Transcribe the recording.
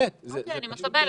אני מקבלת.